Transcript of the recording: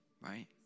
Right